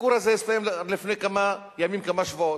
הביקור הזה הסתיים לפני כמה ימים, כמה שבועות.